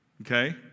Okay